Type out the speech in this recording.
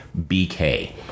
BK